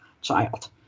child